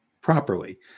properly